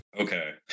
Okay